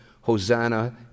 Hosanna